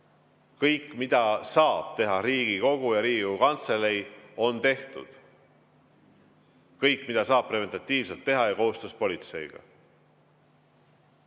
Kõik, mida saab teha Riigikogu ja Riigikogu Kantselei, on tehtud. Kõik, mida saab preventatiivset teha ja koostöös politseiga. Jürgen